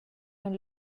aunc